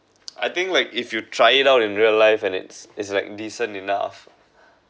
I think like if you try it out in real life and it's it's like decent enough